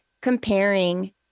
comparing